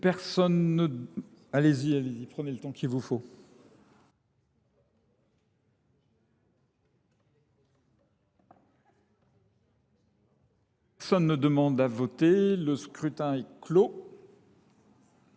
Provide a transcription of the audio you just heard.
Personne ne demande plus à voter ?… Le scrutin est clos.